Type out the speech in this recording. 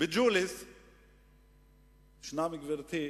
בג'וליס יש, גברתי,